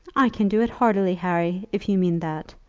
i can do it heartily, harry, if you mean that.